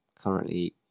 currently